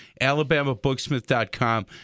Alabamabooksmith.com